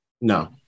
No